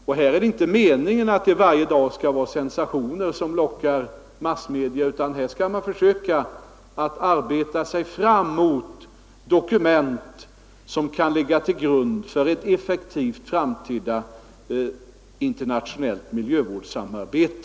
Det är inte meningen att det varje dag skall vara sensationer som lockar massmedia, utan man skall försöka arbeta sig fram mot dokument som kan ligga till grund för ett effektivt framtida internationellt miljövårdssamarbete.